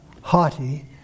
haughty